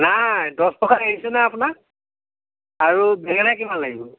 নাই দছ টকা এৰিছোঁ নহয় আপোনাক আৰু বেঙেনা কিমান লাগিব